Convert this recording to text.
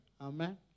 Amen